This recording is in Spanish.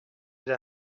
era